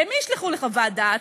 למי ישלחו לחוות דעת?